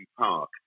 Park